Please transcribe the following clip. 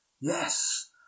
Yes